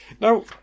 Now